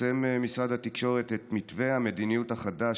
פרסם משרד התקשורת את מתווה המדיניות החדש